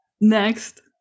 next